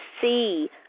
see